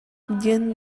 диэн